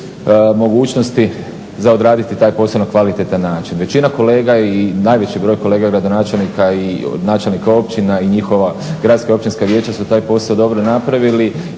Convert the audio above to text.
mogućnosti za odraditi taj posao na kvalitetan način. Većina kolega i najveći broj kolega gradonačelnika i načelnika općina i njihova gradska općinska vijeća su taj posao dobro napravili